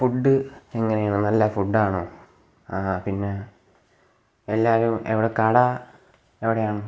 food എങ്ങനെയാണ് നല്ല ഫുഡ്ഡാണോ പിന്നെ എല്ലാവരും എവിടെ കട എവിടെയാണ്